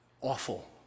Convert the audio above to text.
awful